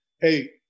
hey